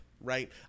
right